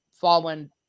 fallen